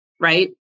right